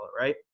right